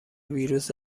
ویروس